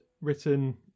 written